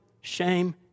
shame